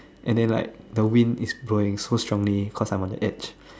and then like the wind is blowing so strongly cause I'm on the edge